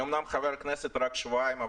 אני אומנם חבר כנסת רק שבועיים,